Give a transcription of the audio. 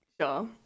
Sure